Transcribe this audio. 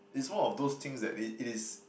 it's one of those things that it it is